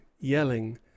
yelling